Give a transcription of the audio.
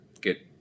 good